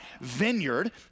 vineyard